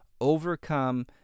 overcome